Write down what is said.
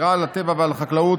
שמירה על הטבע ושמירה על החקלאות